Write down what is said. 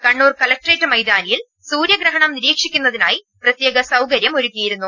Kannur collectorate മൈതാനിയിൽ സൂര്യഗ്രഹണം നിരീക്ഷിക്കുന്നതിനായി പ്രത്യേക സൌകര്യം ഒരുക്കിയിരുന്നു